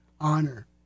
honor